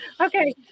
Okay